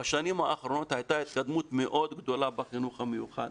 בשנים האחרונות הייתה התקדמות מאוד גדולה בחינוך המיוחד,